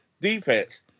defense